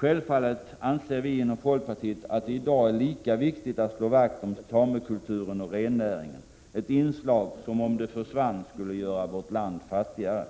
Självfallet anser vi inom folkpartiet att det i dag är lika viktigt att slå vakt om samekulturen och rennäringen — ett inslag som, om det försvann, skulle göra vårt land fattigare.